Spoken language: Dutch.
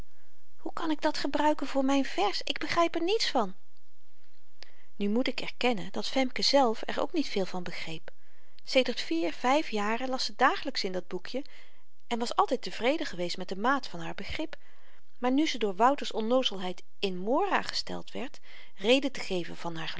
hoe kan ik dat gebruiken voor myn vers ik begryp er niets van nu moet ik erkennen dat femke zelf er ook niet veel van begreep sedert vier vyf jaren las ze dagelyks in dat boekjen en was altyd tevreden geweest met de maat van haar begrip maar nu ze door wouter's onnoozelheid in morâ gesteld werd reden te geven van haar